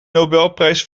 nobelprijs